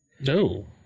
No